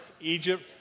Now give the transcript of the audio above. Egypt